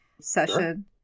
session